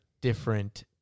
different